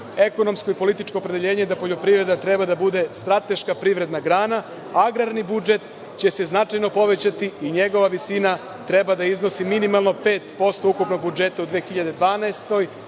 Ekonomsko i političko opredeljenje je da poljoprivreda treba da bude strateška privredna grana. Agrarni budžet će se značajno povećati i njegova visina treba da iznosi minimalno 5% ukupnog budžeta u 2012.